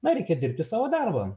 na reikia dirbti savo darbą